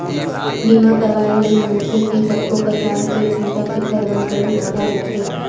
बीमा करवाए ले मनखे के कतको परकार के चिंता फिकर ह घलोक भगा जाथे